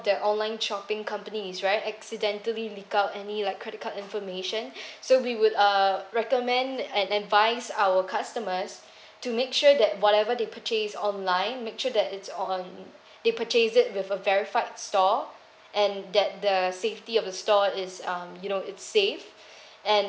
the online shopping companies right accidentally leak out any like credit card information so we would uh recommend and advise our customers to make sure that whatever they purchase online make sure that it's on they purchase it with a verified store and that the safety of the store it's uh you know it's safe and